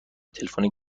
تلفنی